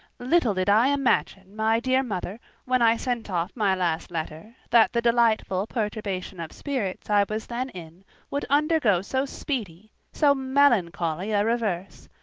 little did i imagine, my dear mother, when i sent off my last letter, that the delightful perturbation of spirits i was then in would undergo so speedy, so melancholy a reverse.